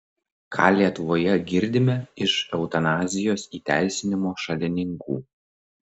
ką lietuvoje girdime iš eutanazijos įteisinimo šalininkų